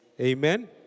Amen